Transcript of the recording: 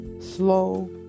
slow